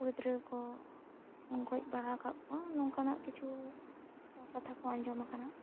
ᱠᱩᱲᱤ ᱜᱤᱫᱽᱨᱟᱹ ᱠᱚ ᱜᱚᱡ ᱵᱟᱲᱟᱜ ᱠᱟᱛ ᱠᱚᱣᱟ ᱱᱚᱝᱠᱟᱱᱟ ᱠᱤᱪᱷᱩ ᱠᱟᱛᱷᱟ ᱠᱚ ᱟᱸᱡᱚᱢ ᱟᱠᱟᱱᱟ